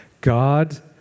God